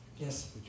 Yes